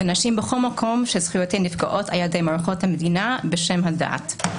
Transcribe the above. ונשים בכל מקום שזכויותיהן נפגעות על ידי מערכות המדינה בשם הדת.